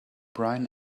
brian